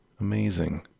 amazing